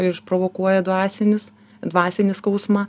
išprovokuoja dvasinis dvasinį skausmą